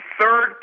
third